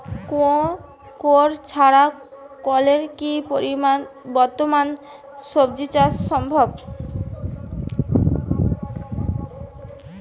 কুয়োর ছাড়া কলের কি বর্তমানে শ্বজিচাষ সম্ভব?